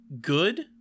good